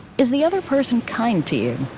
is the other person kind to you?